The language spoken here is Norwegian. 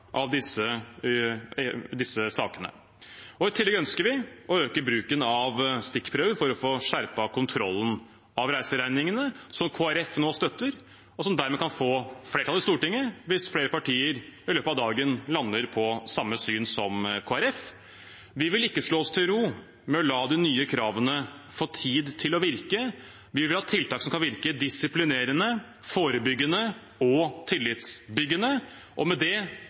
av disse sakene. I tillegg ønsker vi å øke bruken av stikkprøver for å få skjerpet kontrollen av reiseregningene, noe Kristelig Folkeparti nå støtter, og som dermed kan få flertall i Stortinget hvis flere partier i løpet av dagen lander på samme syn som Kristelig Folkeparti. Vi vil ikke slå oss til ro med å la de nye kravene få tid til å virke. Vi vil ha tiltak som kan virke disiplinerende, forebyggende og tillitsbyggende, og med det